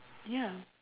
ya